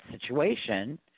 situation